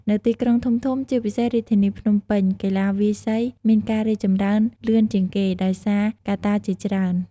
នៅទីក្រុងធំៗ ជាពិសេសរាជធានីភ្នំពេញ កីឡាវាយសីមានការរីកចម្រើនលឿនជាងគេ ដោយសារកត្តាជាច្រើន។